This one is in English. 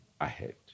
ahead